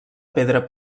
pedra